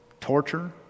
torture